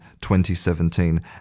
2017